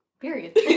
Period